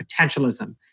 potentialism